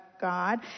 God